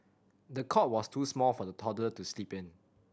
the cot was too small for the toddler to sleep in